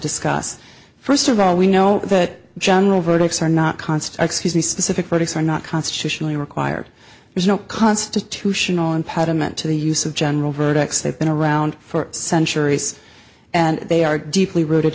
discuss first of all we know that general verdicts are not const the specific projects are not constitutionally required there's no constitutional impediment to the use of general verdicts they've been around for centuries and they are deeply rooted